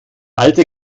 alte